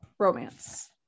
romance